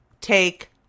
take